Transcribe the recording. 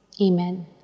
Amen